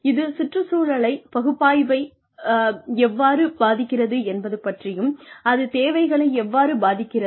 இது சுற்றுச்சூழலை பகுப்பாய்வை எவ்வாறு பாதிக்கிறது என்பதை பற்றியும் அது தேவைகளை எவ்வாறு பாதிக்கிறது